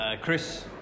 Chris